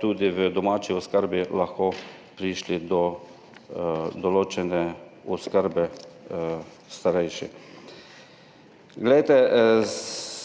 tudi v domači oskrbi lahko prišli do določene oskrbe starejših.